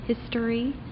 history